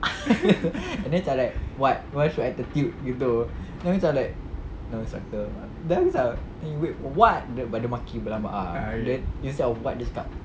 and then macam like what where's your attitude gitu then macam like no instructor then aku macam then you wait for what dia maki berlambak ah then it's instead of but dia cakap